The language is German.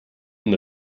den